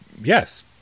Yes